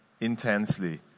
intensely